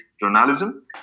journalism